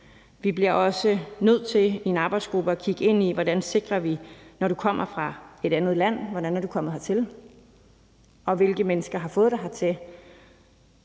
Vi bliver også nødt til i en arbejdsgruppe at kigge ind i, når du kommer fra et andet land, hvordan du er kommet her til, og hvilke mennesker der har fået dig hertil,